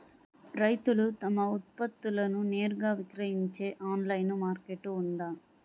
రైతులు తమ ఉత్పత్తులను నేరుగా విక్రయించే ఆన్లైను మార్కెట్ ఉందా?